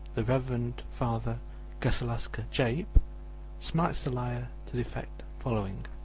the reverend father gassalasca jape smites the lyre to the effect following